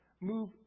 Move